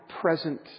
present